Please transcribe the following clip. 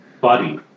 Body